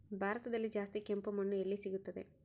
ಭಾರತದಲ್ಲಿ ಜಾಸ್ತಿ ಕೆಂಪು ಮಣ್ಣು ಎಲ್ಲಿ ಸಿಗುತ್ತದೆ?